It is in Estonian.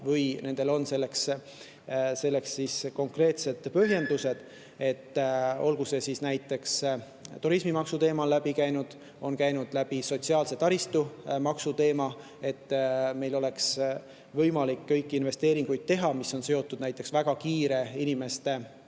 või neil on selleks konkreetsed põhjendused, olgu see siis näiteks turismimaksu teema, mis on läbi käinud, või sotsiaalse taristu maksu teema, et meil oleks võimalik teha kõiki investeeringuid, mis on seotud näiteks väga kiire inimeste